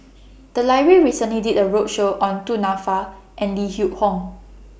The Library recently did A roadshow on Du Nanfa and Lim Yew Hock